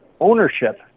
Ownership